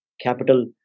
capital